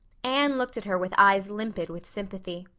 anne looked at her with eyes limpid with sympathy.